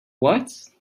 what